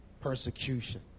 persecution